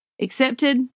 accepted